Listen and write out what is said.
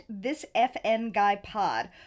thisfnguypod